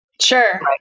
Sure